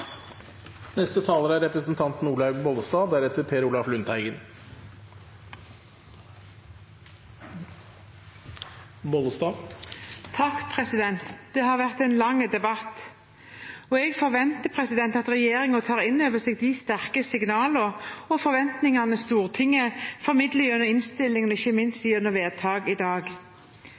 er ikke slik jeg ser det. Det har vært en lang debatt, og jeg forventer at regjeringen tar inn over seg de sterke signalene og forventningene Stortinget formidler gjennom innstillingen og ikke minst gjennom vedtak i dag.